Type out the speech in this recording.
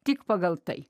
tik pagal tai